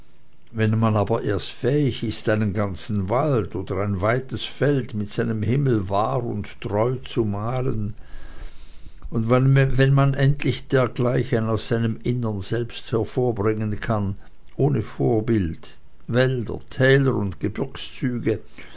wenn man aber erst fähig ist einen ganzen wald oder ein weites feld mit seinem himmel wahr und treu zu malen und wenn man endlich dergleichen aus seinem innern selbst hervorbringen kann ohne vorbild wälder täler und gebirgsziege